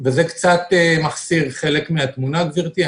וזה קצת מחסיר חלק מן התמונה, גברתי.